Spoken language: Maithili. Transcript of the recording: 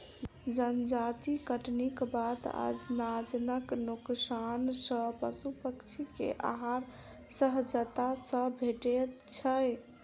जजाति कटनीक बाद अनाजक नोकसान सॅ पशु पक्षी के आहार सहजता सॅ भेटैत छै